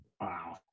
wow